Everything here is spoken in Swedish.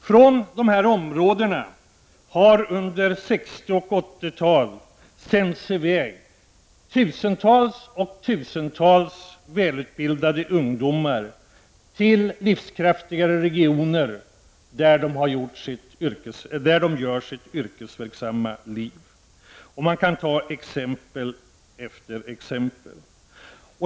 Från dessa områden har under 60 och 80-talen tusentals och åter tusentals välutbildade ungdomar sänts i väg till livskraftigare regioner för sitt yrkesverksamma liv. Man kan nämna exempel efter exempel.